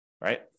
right